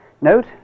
Note